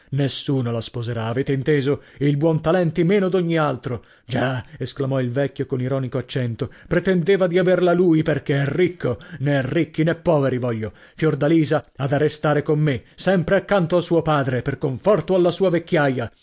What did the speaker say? nessuno la sposerà avete inteso il buontalenti meno d'ogni altro già esclamò il vecchio con ironico accento pretendeva di averla lui perchè è ricco nè ricchi nè poveri voglio fiordalisa ha da restare con me sempre accanto a suo padre per conforto alla sua vecchiaia